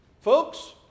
Folks